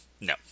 No